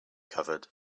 covered